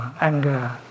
anger